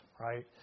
right